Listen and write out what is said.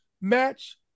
match